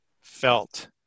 felt